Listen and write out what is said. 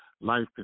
life